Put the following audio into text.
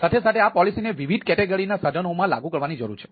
સાથે સાથે આ પોલિસીને વિવિધ કેટેગરીના સાધનોમાં લાગુ કરવાની જરૂર છે